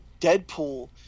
Deadpool